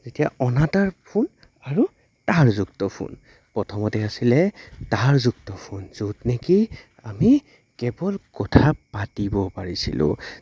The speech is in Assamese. যেতিয়া অনাতাঁৰ ফোন আৰু তাঁৰযুক্ত ফোন প্ৰথমতে আছিলে তাঁৰযুক্ত ফোন য'ত নেকি আমি কেৱল কথা পাতিব পাৰিছিলোঁ